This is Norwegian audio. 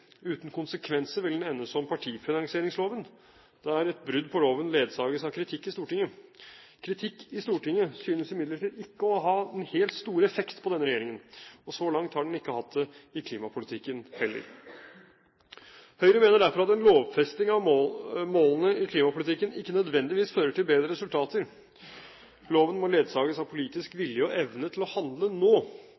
Uten konsekvenser vil den ende som med partifinansieringsloven, der et brudd på loven ledsages av kritikk i Stortinget. Kritikk i Stortinget synes imidlertid ikke å ha den helt store effekt på denne regjeringen, og så langt har den ikke hatt det i klimapolitikken heller. Høyre mener derfor at en lovfesting av målene i klimapolitikken ikke nødvendigvis fører til bedre resultater. Loven må ledsages av politisk